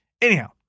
Anyhow